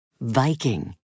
Viking